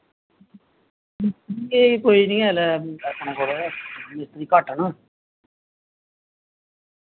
एह् कोई निं ऐ इसलै अपने कोल गै मिस्त्री घट्ट न